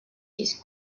his